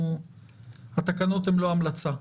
התקנות הן לא המלצה.